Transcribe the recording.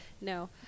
No